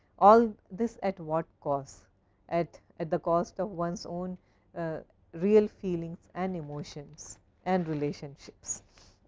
all this at what cause at at the cost of one's own real feeling and emotions and relationships.